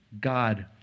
God